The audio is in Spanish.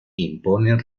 impone